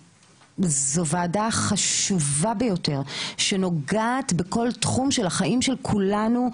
זו ועדה חשובה ביותר שנוגעת בכל תחום של החיים של כולנו,